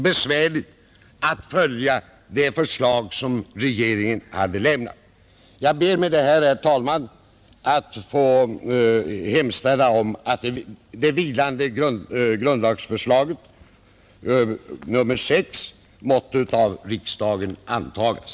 Med det anförda hemställer jag att det vilande grundlagsförslaget i konstitutionsutskottets förevarande betänkande nr 6 måtte av riksdagen antagas.